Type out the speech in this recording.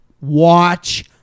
Watch